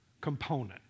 component